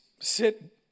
sit